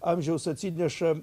amžiaus atsineša